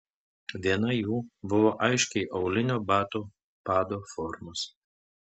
viena jų buvo aiškiai aulinio bato pado formos